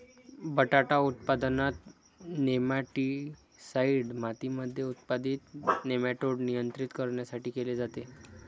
बटाटा उत्पादनात, नेमाटीसाईड मातीमध्ये उत्पादित नेमाटोड नियंत्रित करण्यासाठी केले जाते